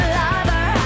lover